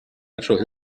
natural